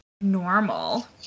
normal